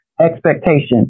expectation